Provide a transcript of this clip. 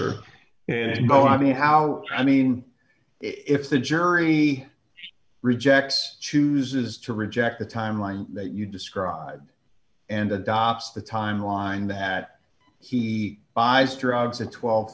or no i mean how i mean if the jury rejects chooses to reject the timeline that you describe and adopts the timeline that he buys drugs at